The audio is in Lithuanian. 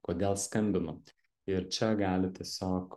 kodėl skambinu ir čia galit tiesiog